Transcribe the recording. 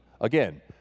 Again